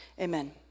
Amen